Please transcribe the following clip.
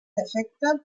efecte